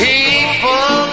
People